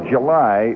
July